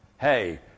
Hey